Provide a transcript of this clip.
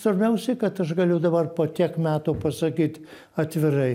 svarbiausia kad aš galiu dabar po tiek metų pasakyt atvirai